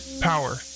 Power